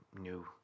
new